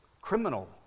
criminal